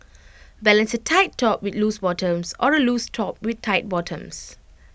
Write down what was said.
balance A tight top with loose bottoms or A loose top with tight bottoms